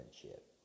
friendship